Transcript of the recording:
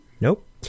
Nope